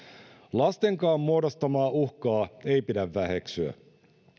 lastenkaan muodostamaa uhkaa ei pidä väheksyä